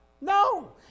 No